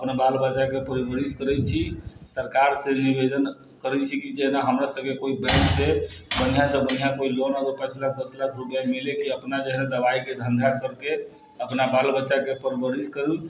अपना बाल बच्चाके परवरिश करै छी सरकारसँ निवेदन करै छी कि जेहे न हमरा सभके कोइ बैङ्क सँ बढ़ियाँसँ बढ़ियाँ कोइ लोन अगर पाँच लाख दस लाख रुपैआ मिलै तऽ अपना जेहै दवाइके धन्धा कैरिके अपना बाल बच्चाके परवरिश करु